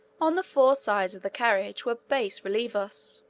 on the four sides of the carriage were bass relievos,